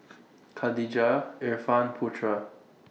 Khadija Irfan Putra